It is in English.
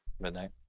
Midnight